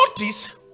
notice